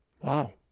Wow